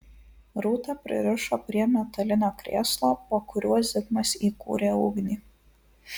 rūtą pririšo prie metalinio krėslo po kuriuo zigmas įkūrė ugnį